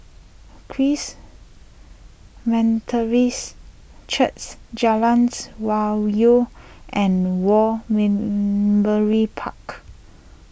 Charis mental reis Jalan's Hwi Yoh and War win Memorial Park